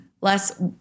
less